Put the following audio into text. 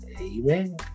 Amen